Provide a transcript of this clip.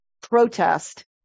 protest